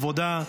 עבודה,